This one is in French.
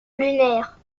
lunaire